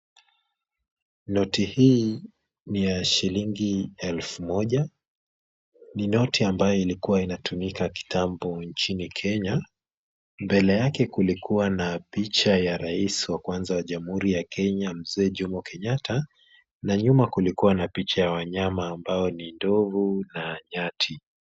Noti hii ni ya shilingi elfu moja. Ni noti ambayo ilikuwa inatumika kitambo nchini Kenya. Mbele yake kulikuwa na picha ya rais wa kwanza wa jamhuri ya Kenya Mzee Jomo Kenyatta na nyuma kulikuwa na picha ya wanyama ambao ni ndovu na nyati.